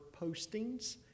postings